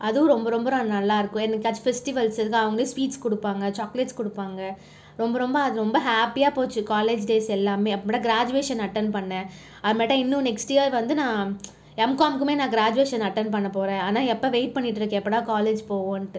அதுவும் ரொம்ப ரொம்ப நல்லா இருக்கும் என்னிக்காச்சு ஃபெஸ்டிவல்ஸ் இருந்தா அவர்களே ஸ்வீட்ஸ் கொடுப்பாங்க சாக்லேட்ஸ் கொடுப்பாங்க ரொம்ப ரொம்ப அது ரொம்ப ஹாப்பியாக போச்சு காலேஜ் டேஸ் எல்லாமே அப்பறமேட்டு கிராஜுவேஷன் அட்டென்ட் பண்ணினேன் அதுமேட்டு இன்னும் நெக்ஸ்ட் இயர் வந்து நான் எம்காம் கிராஜுவேஷன் அட்டெண்ட் பண்ண போகிறேன் ஆனால் எப்போ வெயிட் பண்ணிக்கிட்டு இருக்கேன் எப்படா காலேஜ் போவோண்டு